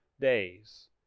days